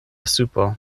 supo